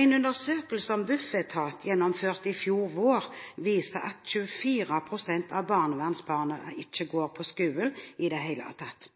En undersøkelse som Bufetat gjennomførte i fjor vår, viste at 24 pst. av barnevernsbarna ikke går på skolen i det hele tatt.